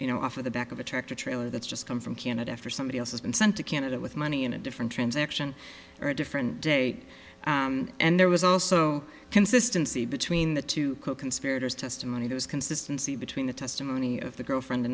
you know off of the back of a tractor trailer that's just come from canada after somebody else has been sent to canada with money in a different transaction or a different date and there was also consistency between the two coconspirators testimony those consistency between the testimony of the girlfriend